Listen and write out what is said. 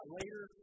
later